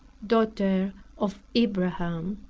daughter of abraham!